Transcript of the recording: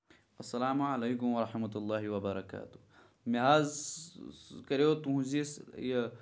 السلام علیکُم ورحمت اللہ وبرکاتہ مےٚ حظ کَریٚو تُہنزِ یہِ